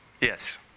yes